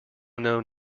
known